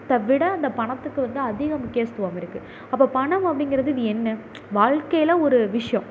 விட அந்த பணத்துக்கு வந்து அதிக முக்கியத்துவம் இருக்குது அப்போது பணம் அப்படிங்கிறது இது என்ன வாழ்க்கையில ஒரு விஷயம்